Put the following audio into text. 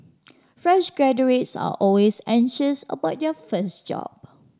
fresh graduates are always anxious about their first job